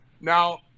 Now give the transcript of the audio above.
Now